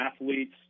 athletes